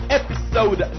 episode